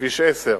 לכביש 10,